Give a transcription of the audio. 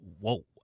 whoa